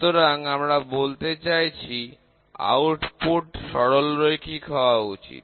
সুতরাং আমরা বলতে চাইছি আউটপুট সরলরৈখিক হওয়া উচিত